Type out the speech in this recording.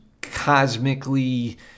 cosmically